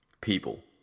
People